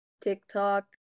TikTok